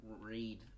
read